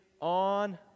on